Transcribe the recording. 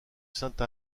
sainte